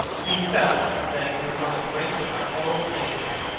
he felt that he was on the brink of a horrible danger.